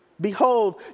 Behold